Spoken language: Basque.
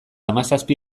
hamazazpi